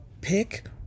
pick